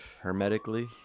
hermetically